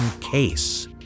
case